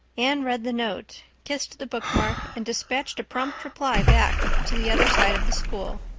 anne read the note, kissed the bookmark, and dispatched a prompt reply back to the other side of the school.